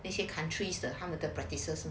那些 countries 的他们的 practices